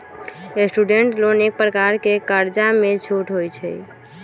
student loan एक प्रकार के कर्जामें छूट होइ छइ